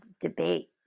Debate